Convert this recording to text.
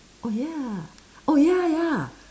oh ya oh ya ya